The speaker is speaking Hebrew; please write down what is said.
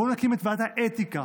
בואו נקים את ועדת האתיקה,